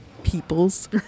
People's